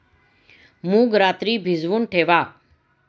मूग रात्री भिजवून ठेवा